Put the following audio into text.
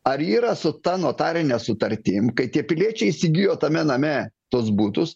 ar yra su ta notarine sutartimi kai tie piliečiai įsigijo tame name tuos butus